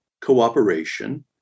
cooperation